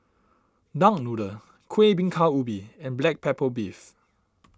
Duck Noodle Kueh Bingka Ubi and Black Pepper Beef